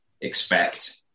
expect